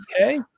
okay